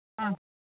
ಹಾಂ